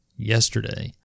yesterday